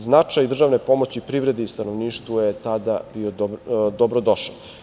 Značaj državne pomoći privredi i stanovništvu je tada bio dobro došao.